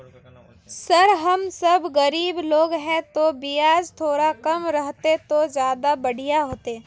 sir हम सब गरीब लोग है तो बियाज थोड़ा कम रहते तो ज्यदा बढ़िया होते